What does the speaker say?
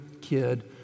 kid